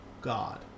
God